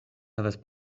havas